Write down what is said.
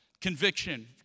Conviction